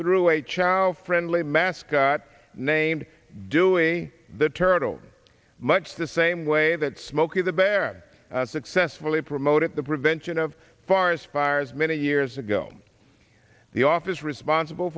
through a child friendly mascot named doing the turtle much the same way that smokey the bear successfully promoted the prevention of forest fires many years ago the office responsible